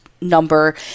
number